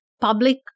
public